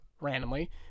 randomly